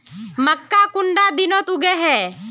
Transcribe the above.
मक्का कुंडा दिनोत उगैहे?